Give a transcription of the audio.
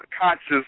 conscious